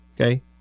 okay